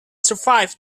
survived